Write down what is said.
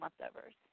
leftovers